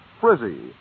frizzy